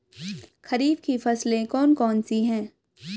खरीफ की फसलें कौन कौन सी हैं?